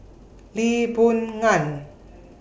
Lee Boon Ngan